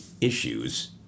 issues